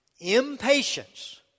Impatience